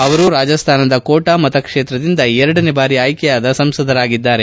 ಅವರು ರಾಜಸ್ತಾನದ ಕೋಟಾ ಮತಕ್ಷೇತ್ರದಿಂದ ಎರಡನೇ ಬಾರಿ ಆಯ್ಕೆಯಾದ ಸಂಸದರಾಗಿದ್ದಾರೆ